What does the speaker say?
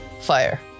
fire